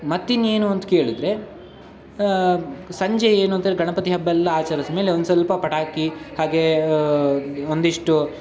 ಮತ್ತಿನ್ನು ಏನು ಅಂತ ಕೇಳಿದರೆ ಸಂಜೆ ಏನು ಗಣಪತಿ ಹಬ್ಬ ಎಲ್ಲ ಆಚರ್ಸ್ದ ಮೇಲೆ ಒಂದು ಸ್ವಲ್ಪ ಪಟಾಕಿ ಹಾಗೇ ಒಂದಿಷ್ಟು